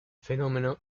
fenómeno